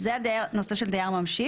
זה הנושא של דייר ממשיך.